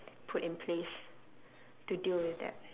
put in place to deal with that